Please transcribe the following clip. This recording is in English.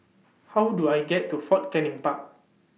How Do I get to Fort Canning Park